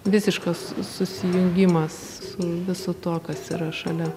visiškas susijungimas su visu tuo kas yra šalia